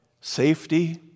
safety